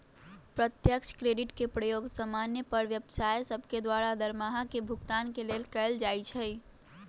प्रत्यक्ष क्रेडिट के प्रयोग समान्य पर व्यवसाय सभके द्वारा दरमाहा के भुगतान के लेल कएल जाइ छइ